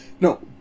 no